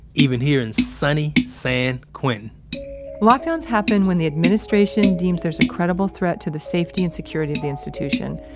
even here in sunny san quentin lockdowns happen when the administration deems there's a credible threat to the safety and security of the institution,